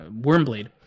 wormblade